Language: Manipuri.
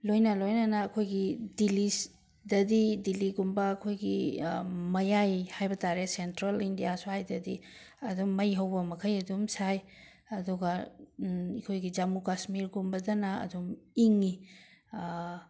ꯂꯣꯏꯅ ꯂꯣꯏꯅꯅ ꯑꯩꯈꯣꯏꯒꯤ ꯗꯤꯂꯤꯁꯗꯗꯤ ꯗꯤꯂꯤꯒꯨꯝꯕ ꯑꯩꯈꯣꯏꯒꯤ ꯃꯌꯥꯏ ꯍꯥꯏꯕ ꯇꯥꯔꯦ ꯁꯦꯟꯇ꯭ꯔꯦꯜ ꯏꯟꯗꯤꯌꯥ ꯁ꯭ꯋꯥꯏꯗꯗꯤ ꯑꯗꯨꯝ ꯃꯩ ꯍꯧꯕ ꯃꯈꯩ ꯑꯗꯨꯝ ꯁꯥꯏ ꯑꯗꯨꯒ ꯑꯩꯈꯣꯏꯒꯤ ꯖꯃꯨ ꯀꯥꯁꯃꯤꯔꯒꯨꯝꯕꯗꯅ ꯑꯗꯨꯝ ꯏꯪꯉꯤ